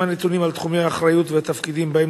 מהם הנתונים על תחומי האחריות והתפקידים שבהם